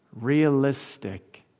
realistic